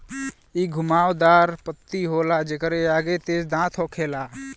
इ घुमाव दार पत्ती होला जेकरे आगे तेज दांत होखेला